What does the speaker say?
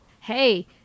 Hey